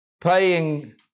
paying